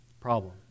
problem